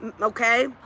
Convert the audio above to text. Okay